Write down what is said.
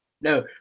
No